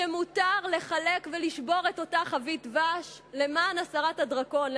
שמותר לחלק ולשבור את אותה חבית דבש למען הסרת הדרקון,